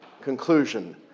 conclusion